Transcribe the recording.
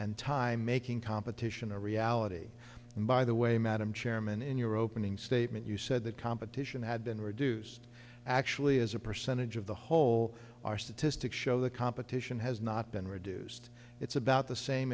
and time making competition a reality and by the way madam chairman in your opening statement you said the competition had been reduced actually as a percentage of the whole our statistics show the competition has not been reduced it's about the same